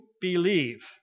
believe